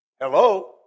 Hello